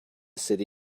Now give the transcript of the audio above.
city